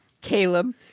Caleb